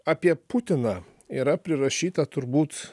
apie putiną yra prirašyta turbūt